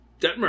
Detmer